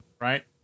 right